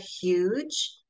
huge